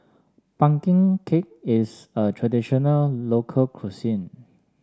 pumpkin cake is a traditional local cuisine